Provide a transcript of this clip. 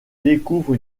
découvre